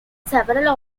several